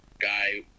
guy